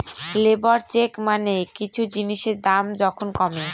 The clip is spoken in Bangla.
লেবর চেক মানে কিছু জিনিসের দাম যখন কমে